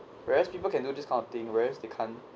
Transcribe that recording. whereas people can do this kind of thing whereas they can't